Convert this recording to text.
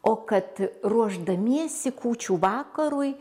o kad ruošdamiesi kūčių vakarui